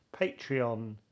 Patreon